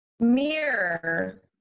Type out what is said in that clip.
Mirror